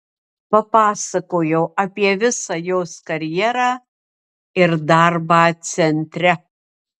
papasakojau apie visą jos karjerą ir darbą centre